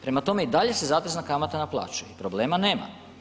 Prema tome i dalje se zatezna kamata naplaćuje, problema nema.